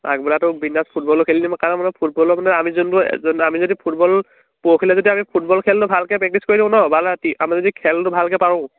আগবেলাতো বিনদাছ ফুটবলো খেলিলোঁ কাৰণ মানে ফুটবলৰ মানে আমি যোনটো আমি যদি ফুটবল পুৰখিলৈ যদি আমি ফুটবল খেলটো ভালকৈ প্ৰেক্টিছ দিওঁ ন ৰাতি আমি যদি খেলটো ভালকৈ পাৰোঁ